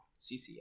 CCA